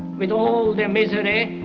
with all the misery,